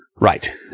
Right